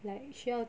like 需要